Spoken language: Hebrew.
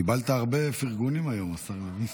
קיבלת הרבה פרגונים היום, השר לוין.